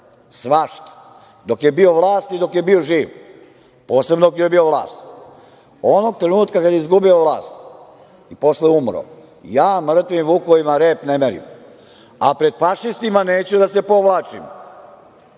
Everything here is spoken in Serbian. svašta, dok je bio vlast i dok je bio živ, posebno dok je bio vlast. Onog trenutka kada je izgubio vlast i posle umro, ja mrtvim vukovima rep ne merim, a pred fašistima neću da se povlačim,